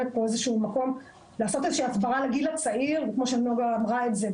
מקום מסוים לעשות הסברה לגיל הצעיר כמו שנגה אמרה את זה,